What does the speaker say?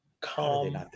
Calm